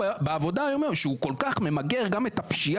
בעבודה הוא אומר שהוא כל כך ממגר את הפשיעה,